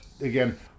again